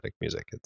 music